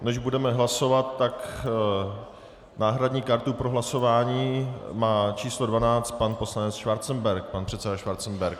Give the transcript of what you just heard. Než budeme hlasovat, tak náhradní kartu k hlasování číslo 12 má pan poslanec Schwarzenberg, pan předseda Schwarzenberg.